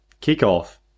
Kick-off